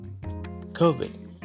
COVID